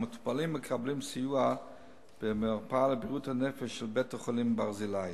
המטופלים מקבלים סיוע במרפאה לבריאות הנפש של בית-החולים "ברזילי".